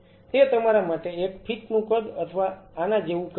તે તમારા માટે એક ફીટ નું કદ અથવા આના જેવું કંઈક છે